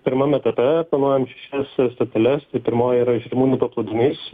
pirmame etape planuojam šešias stoteles tai pirmoji yra žirmūnų paplūdimys